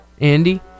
Andy